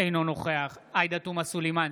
אינו נוכח עאידה תומא סלימאן,